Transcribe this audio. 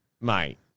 mate